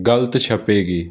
ਗਲਤ ਛਪੇਗੀ